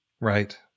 Right